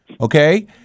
okay